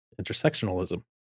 intersectionalism